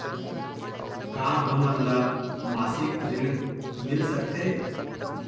का हमन ला मासिक ऋण मिल सकथे?